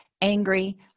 angry